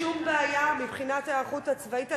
אין שום בעיה מבחינת ההיערכות הצבאית.